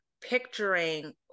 picturing